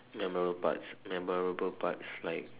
memorial parts memorable parts like